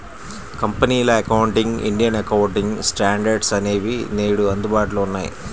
కంపెనీల accounting, Indian accounting standards అనేవి నేడు అందుబాటులో ఉన్నాయి